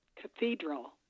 cathedral